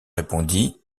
répondit